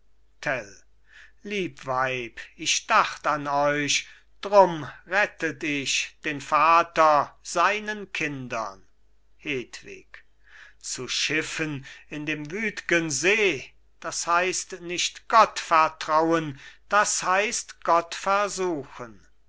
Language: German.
lieb weib ich dacht an euch drum rettet ich den vater seinen kindern hedwig zu schiffen in dem wüt'gen see das heisst nicht gott vertrauen das heisst gott versuchen